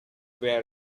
where